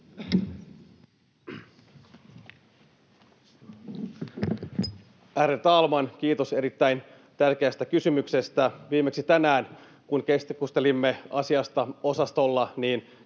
talman! Kiitos erittäin tärkeästä kysymyksestä. Viimeksi tänään, kun keskustelimme asiasta osastolla, käytiin